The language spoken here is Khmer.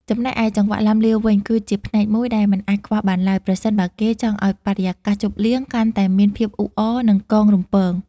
ចំណែកឯចង្វាក់ឡាំលាវវិញ គឺជាផ្នែកមួយដែលមិនអាចខ្វះបានឡើយ ប្រសិនបើគេចង់ឱ្យបរិយាកាសជប់លៀងកាន់តែមានភាពអ៊ូអរ និងកងរំពង។